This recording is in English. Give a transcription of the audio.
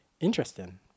interesting